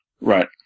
Right